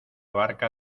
barca